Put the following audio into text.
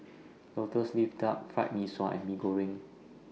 Lotus Leaf Duck Fried Mee Sua and Mee Goreng